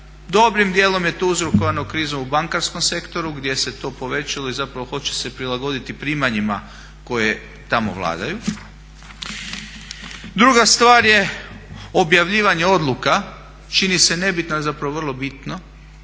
Dobrim dijelom je to uzrokovano krizom u bankarskom sektoru gdje se to povećalo i hoće se prilagoditi primanjima koje tamo vladaju. Druga stvar je objavljivanje odluka, čini se nebitna, a zapravo vrlo bitno